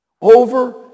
Over